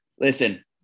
Listen